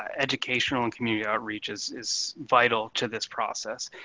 educational and community outreach is is vital to this process,